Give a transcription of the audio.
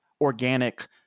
organic